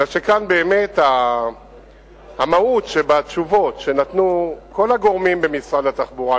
אלא שכאן באמת המהות שבתשובות שנתנו כל הגורמים במשרד התחבורה,